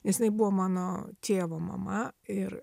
nes jinai buvo mano tėvo mama ir